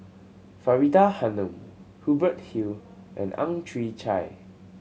Faridah Hanum Hubert Hill and Ang Chwee Chai